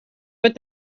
but